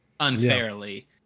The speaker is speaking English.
unfairly